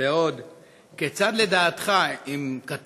ועוד עם קטאר.